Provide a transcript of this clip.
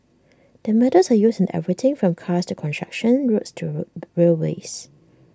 the metals are used in everything from cars to construction roads to railways